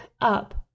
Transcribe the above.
up